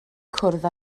cwrdd